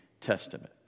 Testament